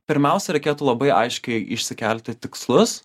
pirmiausia reikėtų labai aiškiai išsikelti tikslus